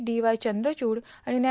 D Y Chandrachud आणि व्या